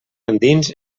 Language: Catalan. endins